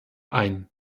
ein